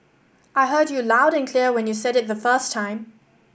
I heard you loud and clear when you said it the first time